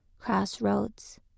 Crossroads